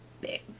big